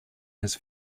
his